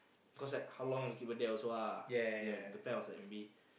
cause like how long you wanna keep her there also ah ya the plan was like maybe